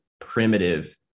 primitive